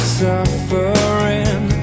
suffering